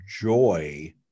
joy